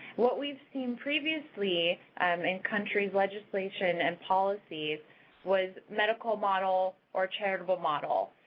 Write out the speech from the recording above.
what we've seen previously um in countries' legislation and policies was medical model or charitable model.